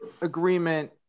agreement